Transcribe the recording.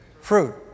Fruit